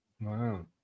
Wow